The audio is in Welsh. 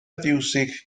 fiwsig